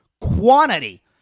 quantity